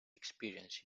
experience